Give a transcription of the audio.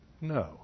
No